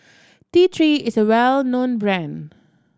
T Three is a well known brand